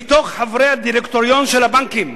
מתוך חברי הדירקטוריון של הבנקים,